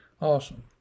awesome